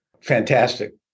Fantastic